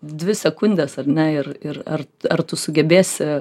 dvi sekundes ar ne ir ir ar ar tu sugebėsi